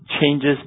changes